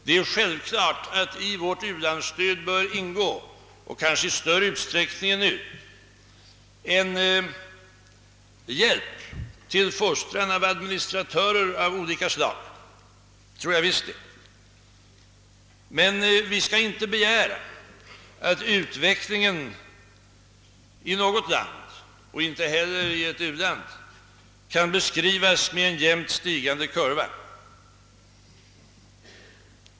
Det är självklart att det i vårt u-landsstöd borde ingå, i större utsträckning än nu, en hjälp för fostran av administratörer av olika slag, men vi skall inte begära att utvecklingen i något land, inte heller i ett u-land, skall beskriva en jämnt stigande: kurva.